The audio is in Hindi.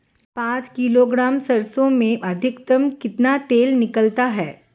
पाँच किलोग्राम सरसों में अधिकतम कितना तेल निकलता है?